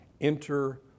enter